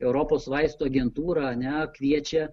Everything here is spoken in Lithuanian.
europos vaistų agentūra ne kviečia